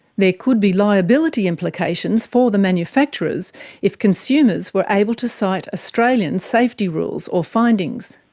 there could be liability implications for the manufacturers if consumers were able to cite australian safety rules or findings.